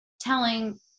telling